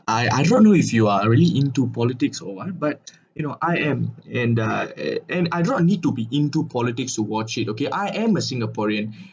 I I do not know if you are already into politics or what but you know I am and uh eh and I don't uh need to be into politics to watch it okay I am a singaporean